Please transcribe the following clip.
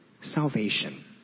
salvation